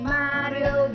Mario